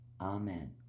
Amen